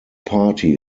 party